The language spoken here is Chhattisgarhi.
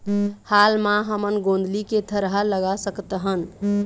हाल मा हमन गोंदली के थरहा लगा सकतहन?